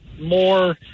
more